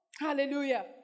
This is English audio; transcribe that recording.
Hallelujah